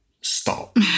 stop